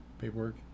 paperwork